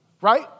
Right